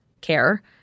care